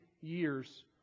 years